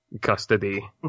custody